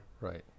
Right